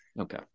Okay